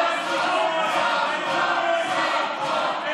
הבן אדם, הסכמי וואי.